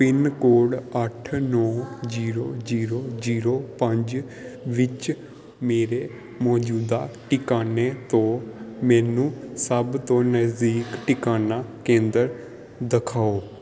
pin code ਅੱਠ ਨੌਂ zero zero zero ਪੰਜ ਵਿੱਚ ਮੇਰੇ ਮੌਜੂਦਾ ਟਿਕਾਣੇ ਤੋਂ ਮੈਨੂੰ ਸਭ ਤੋਂ ਨਜ਼ਦੀਕ ਟਿਕਾਣਾ ਕੇਂਦਰ ਦਿਖਾਓ